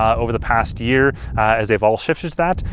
over the past year as they've all shifted that.